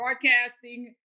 broadcasting